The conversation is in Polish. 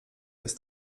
jest